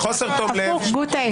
הפוך גוטה.